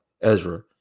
Ezra